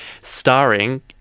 starring